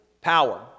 power